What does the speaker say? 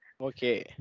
Okay